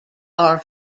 are